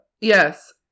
yes